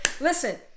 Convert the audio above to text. Listen